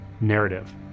narrative